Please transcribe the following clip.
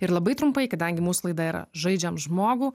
ir labai trumpai kadangi mūsų laida yra žaidžiam žmogų